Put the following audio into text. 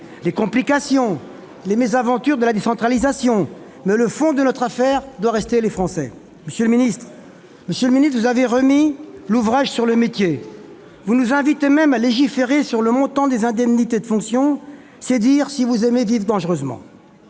les complications et les mésaventures de la décentralisation, mais le fond de notre affaire doit rester les Français. Monsieur le ministre, vous avez remis l'ouvrage sur le métier. Vous nous invitez même à légiférer sur le montant des indemnités de fonction. C'est dire si vous aimez vivre dangereusement